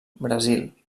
brasil